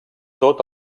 tot